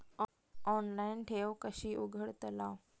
Online ठेव कशी उघडतलाव?